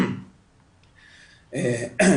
הייתה צריכה לבקש מבית המשפט.